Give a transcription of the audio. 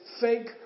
fake